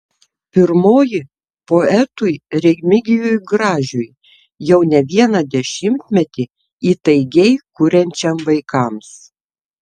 pirmoji poetui remigijui gražiui jau ne vieną dešimtmetį įtaigiai kuriančiam vaikams